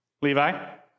Levi